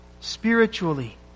spiritually